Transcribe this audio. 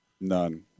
None